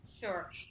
Sure